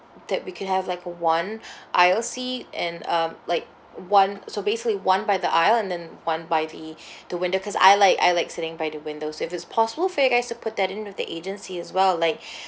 that we could have like one isle seat and um like one so basically one by the isle and then one by the the window because I like I like sitting by the windows if it's possible for you guys to put that in with the agency as well like